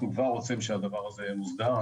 אנחנו כבר רוצים שהדבר הזה יהיה מוסדר.